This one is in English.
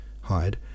hide